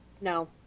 No